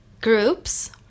groups